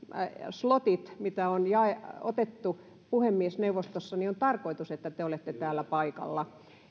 slottien mitä on otettu puhemiesneuvostossa tarkoitus on että te olette täällä paikalla